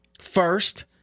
First